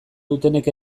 dutenek